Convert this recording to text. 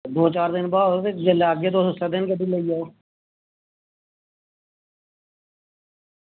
दो चार दिन बाद जेल्लै आह्गे तुस उस्सै दिन गड्डी लेई जाएओ